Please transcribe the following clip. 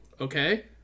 Okay